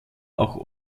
auch